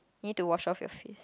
you need to wash off your face